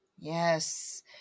Yes